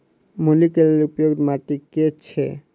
मूली केँ लेल उपयुक्त माटि केँ छैय?